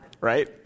right